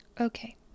Okay